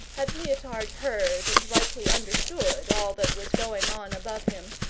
had leotard heard and rightly understood all that was going on above him,